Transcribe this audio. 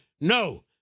no